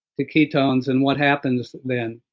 to ketones, and what happens then.